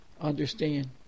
understand